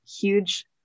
huge